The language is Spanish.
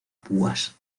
púas